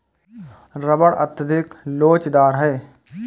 rubber अत्यधिक लोचदार है